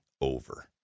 over